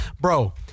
bro